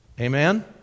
Amen